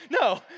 No